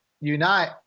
unite